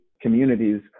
communities